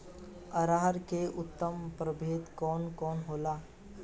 अरहर के उन्नत प्रभेद कौन कौनहोला?